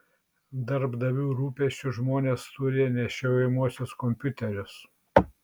darbdavių rūpesčiu žmonės turi nešiojamuosius kompiuterius